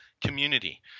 community